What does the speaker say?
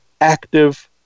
active